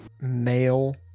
male